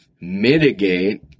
mitigate